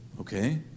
Okay